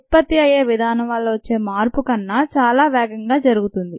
ఉత్పత్తి అయ్యే విధానం వల్ల వచ్చే మార్పు కన్నా చాలా వేగంగా జరుగుతుంది